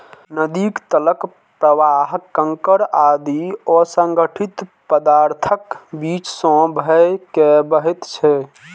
नदीक तलक प्रवाह कंकड़ आदि असंगठित पदार्थक बीच सं भए के बहैत छै